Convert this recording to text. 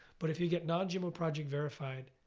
but if you get non-gmo project verified,